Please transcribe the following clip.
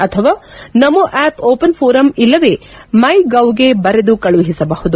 ಅಥವಾ Namo app open forum ಇಲ್ಲವೇ ಮೈಗೋವ್ಗೆ ಬರೆದು ಕಳುಹಿಸಬಹುದು